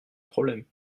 problème